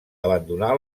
abandonar